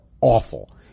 awful